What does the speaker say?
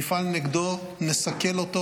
נפעל נגדו, נסכל אותו